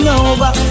over